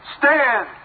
stand